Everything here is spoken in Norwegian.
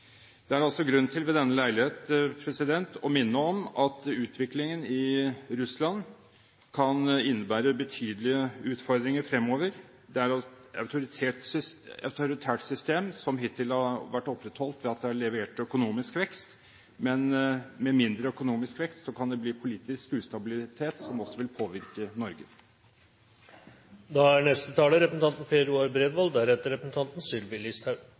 Det er altså ved denne leilighet grunn til å minne om at utviklingen i Russland kan innebære betydelige utfordringer fremover. Det er et autoritært system, som hittil har vært opprettholdt ved at det har levert økonomisk vekst, men med mindre økonomisk vekst kan det bli politisk ustabilitet, som også vil påvirke